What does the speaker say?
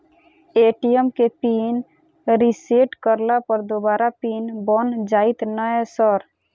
ATM केँ pin reset करला पर दोबारा पिन बन जाइत नै सर?